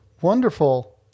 wonderful